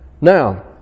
Now